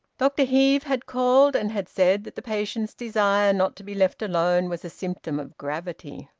dr heve had called, and had said that the patient's desire not to be left alone was a symptom of gravity.